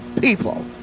people